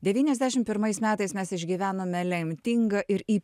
devyniasdešim pirmais metais mes išgyvenome lemtingą ir į